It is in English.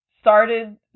started